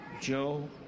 Joe